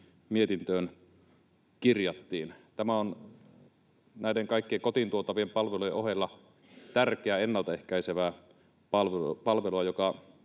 mietintöön kirjattiin. Tämä on näiden kaikkien kotiin tuotavien palvelujen ohella tärkeää ennaltaehkäisevää palvelua, joka